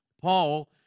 Paul